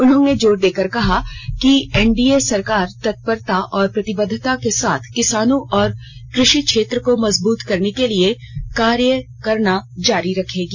उन्होंने जोर देकर कहा कि एनडीए सरकार तत्परता और प्रतिबद्दता के साथ किसानों और कृषि क्षेत्र को मजबूत करने के लिए कार्य करना जारी रखेगी